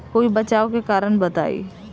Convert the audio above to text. कोई बचाव के कारण बताई?